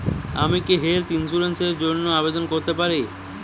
আমি কি health insurance র জন্য আবেদন করতে পারি?